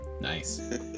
nice